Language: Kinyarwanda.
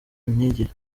imyigire